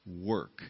work